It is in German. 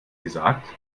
gesagt